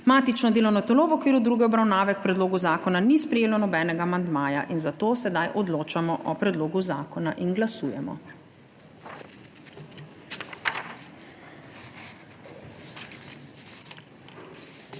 Matično delovno telo v okviru druge obravnave k predlogu zakona ni sprejelo nobenega amandmaja, zato sedaj odločamo o predlogu zakona. Glasujemo.